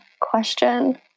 question